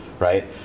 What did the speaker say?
Right